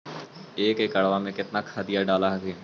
एक एकड़बा मे कितना खदिया डाल हखिन?